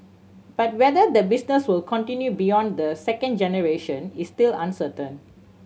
but whether the business will continue beyond the second generation is still uncertain